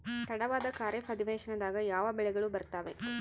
ತಡವಾದ ಖಾರೇಫ್ ಅಧಿವೇಶನದಾಗ ಯಾವ ಬೆಳೆಗಳು ಬರ್ತಾವೆ?